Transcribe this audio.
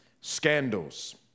Scandals